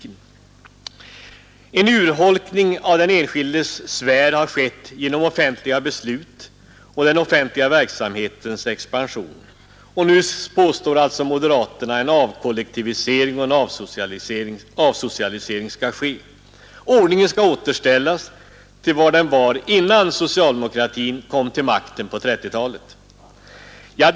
”En urholkning av den enskildes sfär har skett genom offentliga beslut och genom den offentliga verksamhetens expansion,” och nu föreslår alltså moderaterna ”en avkollektivisering och en avsocialisering”. Ordningen skall återställas till vad den var innan socialdemokratin kom till makten på 1930-talet.